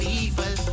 evil